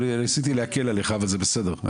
ניסיתי להקל עליך אבל זה בסדר.